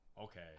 okay